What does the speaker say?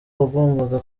wagombaga